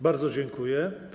Bardzo dziękuję.